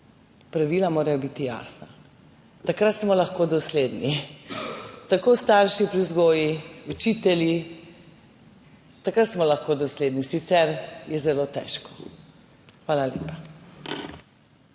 Pravila morajo biti jasna, takrat smo lahko dosledni, tako starši pri vzgoji kot učitelji. Takrat smo lahko dosledni, sicer je zelo težko. Hvala lepa.